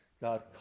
God